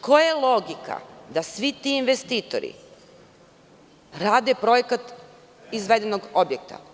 Koja je logika da svi ti investitori rade projekat izvedenog objekta?